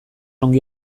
ongi